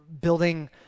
building